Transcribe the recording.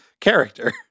character